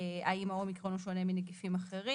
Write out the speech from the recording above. האם האומיקרון שונה מנגיפים אחרים,